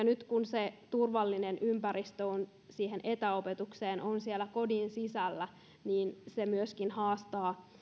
nyt kun se turvallinen ympäristö siihen etäopetukseen on siellä kodin sisällä niin se myöskin haastaa